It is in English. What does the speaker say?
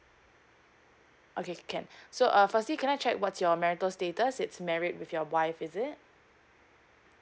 okay can so uh firstly can I check what's your marital status it's married with your wife is it